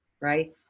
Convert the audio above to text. Right